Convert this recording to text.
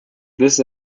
this